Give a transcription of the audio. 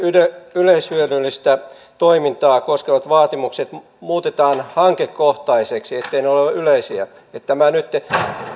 yleishyödyllistä toimintaa koskevat vaatimukset muutetaan hankekohtaisiksi etteivät ne ole yleisiä tämä nytten